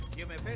you bit